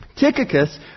Tychicus